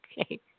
Okay